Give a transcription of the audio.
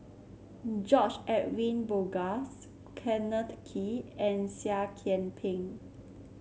George Edwin Bogaars Kenneth Kee and Seah Kian Peng